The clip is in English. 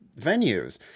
venues